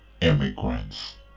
immigrants